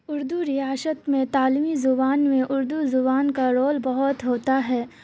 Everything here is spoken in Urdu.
اردو ریاست میں تعلیمی زبان میں اردو زبان کا رول بہت ہوتا ہے